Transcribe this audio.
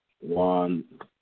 one